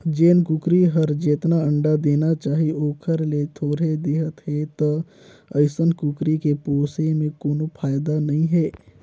जेन कुकरी हर जेतना अंडा देना चाही ओखर ले थोरहें देहत हे त अइसन कुकरी के पोसे में कोनो फायदा नई हे